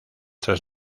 tres